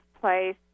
place